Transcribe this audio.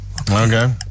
Okay